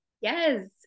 Yes